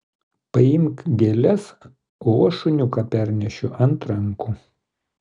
paimk gėles o aš šuniuką pernešiu ant rankų